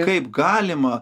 kaip galima